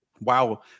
wow